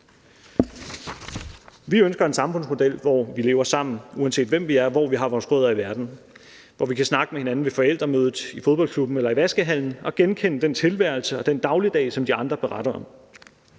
Vi ønsker en samfundsmodel, hvor vi lever sammen, uanset hvem vi er og hvor vi har vores rødder i verden, hvor vi kan snakke med hinanden ved forældremødet, i fodboldklubben eller i vaskehallen og genkende den tilværelse og den dagligdag, som de andre beretter om.